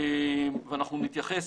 ואנחנו נתייחס,